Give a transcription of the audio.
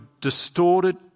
distorted